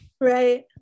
Right